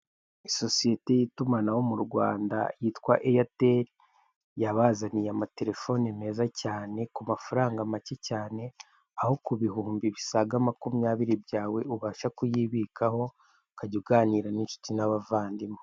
Isosiyete y'itumanaho mu Rwanda yitwa eyateri yabazaniye amaterefone meza cyane ku amafaranga make cyane aho kubihumbi bisaga makumyabiri byawe ubasha kuybikaho ukajya uganira n'inshuti n'abavandimwe.